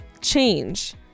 Change